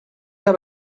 habe